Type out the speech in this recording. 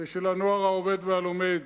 ושל "הנוער העובד והלומד",